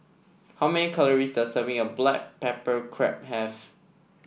how many calories does a serving of Black Pepper Crab have